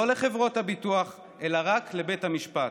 לא לחברות הביטוח אלא רק לבית המשפט.